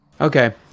Okay